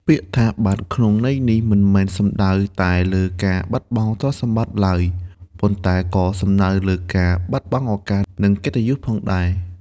ពាក្យថា «បាត់» ក្នុងន័យនេះមិនមែនសំដៅតែលើការបាត់បង់ទ្រព្យសម្បត្តិឡើយ ប៉ុន្តែក៏សំដៅលើការបាត់បង់ឱកាស និងកិត្តិយសផងដែរ។